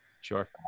Sure